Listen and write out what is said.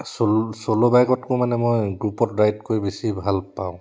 solo ছ'ল' বাইকতকৈ মানে মই গ্ৰুপত ৰাইড কৰি বেছি ভাল পাওঁ